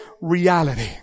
reality